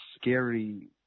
scary